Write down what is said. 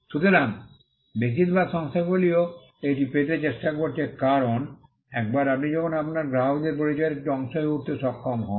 সুতরাং বেশিরভাগ সংস্থাগুলিও এটি পেতে চেষ্টা করছে কারণ একবার আপনি যখন আপনার গ্রাহকদের পরিচয়ের একটি অংশ হয়ে উঠতে সক্ষম হন